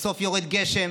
בסוף יורד גשם.